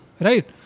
Right